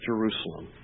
Jerusalem